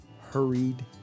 hurried